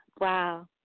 wow